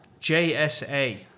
JSA